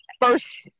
first